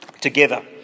together